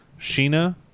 Sheena